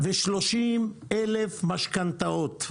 130,000 משכנתאות,